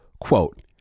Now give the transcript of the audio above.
Quote